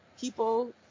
people